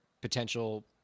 potential